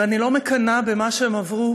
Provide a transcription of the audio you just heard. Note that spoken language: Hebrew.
ואני לא מקנאה במה שהם עברו